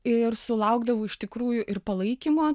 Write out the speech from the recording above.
ir sulaukdavau iš tikrųjų ir palaikymo